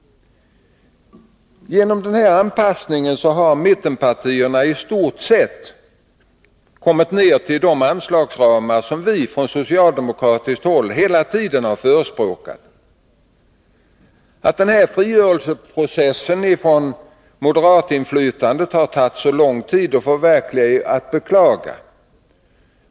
Genom denna anpassning har mittenpartierna i stort sett kommit ned till de anslagsramar som vi från socialdemokratiskt håll hela tiden har förespråkat. Att denna frigörelseprocess från moderatinflytandet har tagit så lång tid att förverkliga är att beklaga.